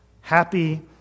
Happy